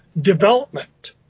development